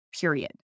Period